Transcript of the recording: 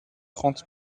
trente